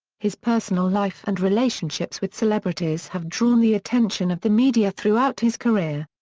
his personal life and relationships with celebrities have drawn the attention of the media throughout his career.